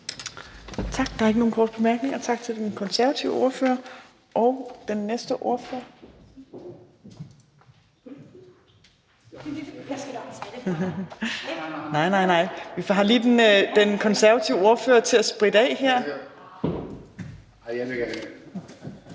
Torp): Der er ikke nogen korte bemærkninger. Tak til den konservative ordfører. Vi har lige den konservative ordfører til at spritte af her;